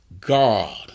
God